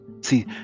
See